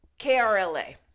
KRLA